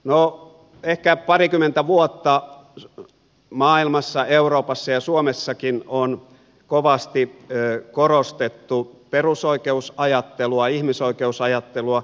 no ehkä parikymmentä vuotta maailmassa euroopassa ja suomessakin on kovasti korostettu perusoikeusajattelua ihmisoikeusajattelua